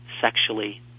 sexually